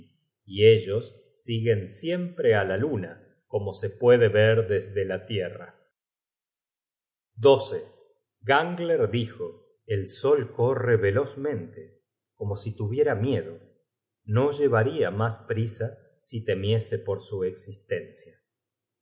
y ellos siguen siempreá la luna como se puede ver desde la tierra content from google book search generated at gangler dijo el sol corre velozmente como si tuviera miedo no llevaria mas prisa si temiese por su existencia